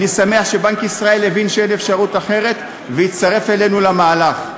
אני שמח שבנק ישראל הבין שאין אפשרות אחרת והצטרף אלינו למהלך.